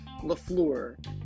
Lafleur